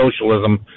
socialism